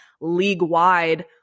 league-wide